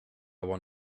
want